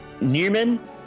Newman